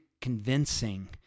convincing